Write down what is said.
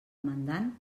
mandant